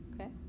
Okay